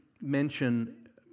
mention